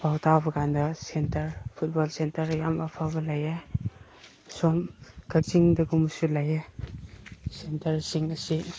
ꯄꯥꯎ ꯇꯥꯕ ꯀꯥꯟꯗ ꯁꯦꯟꯇꯔ ꯐꯨꯠꯕꯣꯜ ꯁꯦꯟꯇꯔ ꯌꯥꯝ ꯑꯐꯕ ꯂꯩꯌꯦ ꯑꯁꯣꯝ ꯀꯛꯆꯤꯡꯗꯒꯨꯝꯕꯁꯨ ꯂꯩꯌꯦ ꯁꯦꯟꯇꯔꯁꯤꯡ ꯑꯁꯤ